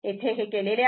येथे हे केलेले आहे